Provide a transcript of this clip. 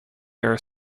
are